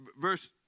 Verse